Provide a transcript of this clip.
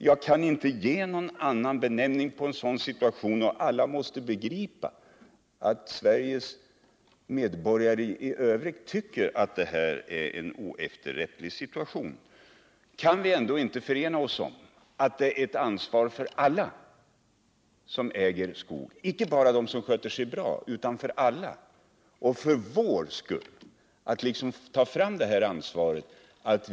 Jag kan inte ge någon annan benämning på en sådan situation — och alla måste begripa att Sveriges medborgare i övrigt tycker att det är så — än att det är en oefterrättlig situation. Kan vi inte ena oss om att alla som äger skog — icke bara de som sköter sig bra — har ett ansvar.